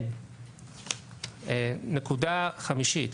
נקודה חמישית,